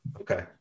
Okay